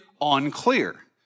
unclear